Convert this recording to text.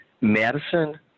Madison